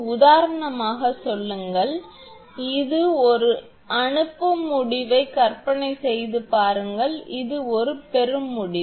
உதாரணமாக உதாரணமாக சொல்லுங்கள் இது ஒரு அனுப்பும் முடிவு என்று கற்பனை செய்து பாருங்கள் இது ஒரு பெறும் முடிவு